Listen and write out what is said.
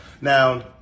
Now